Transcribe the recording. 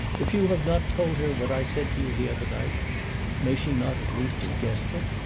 if you have not told her what i said to you the other night may she not at least have guessed it?